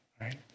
right